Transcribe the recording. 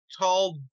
tall